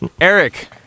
Eric